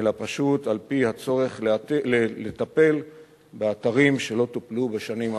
אלא פשוט לפי הצורך לטפל באתרים שלא טופלו בשנים האחרונות.